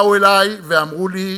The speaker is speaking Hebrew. באו אלי ואמרו לי,